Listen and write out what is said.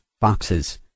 foxes